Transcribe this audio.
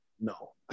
No